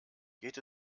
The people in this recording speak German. geht